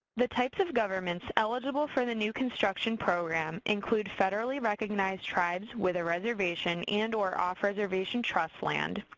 the types of governments eligible for the new construction program include federally recognized tribes with a reservation and or off-reservation trust land,